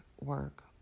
work